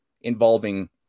involving